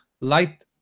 light